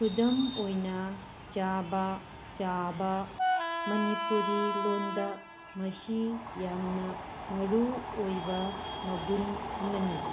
ꯈꯨꯗꯝ ꯑꯣꯏꯅ ꯆꯥꯕ ꯆꯥꯕ ꯃꯅꯤꯄꯨꯔꯤ ꯂꯣꯟꯗ ꯃꯁꯤ ꯌꯥꯝꯅ ꯃꯔꯨ ꯑꯣꯏꯕ ꯃꯒꯨꯟ ꯑꯃꯅꯤ